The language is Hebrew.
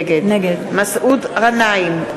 נגד מסעוד גנאים,